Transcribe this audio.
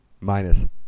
minus